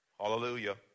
Hallelujah